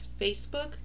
Facebook